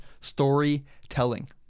storytelling